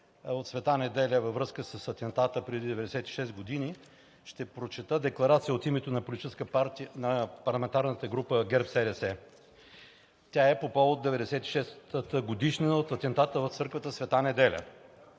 в „Св. Неделя“ във връзка с атентата преди 96 години, ще прочета декларация от името на парламентарната група ГЕРБ СДС. Тя е по повод 96-тата годишнина от атентата в църквата „Св. Неделя“.